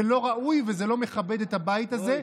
זה לא ראוי וזה לא מכבד את הבית הזה.